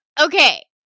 Okay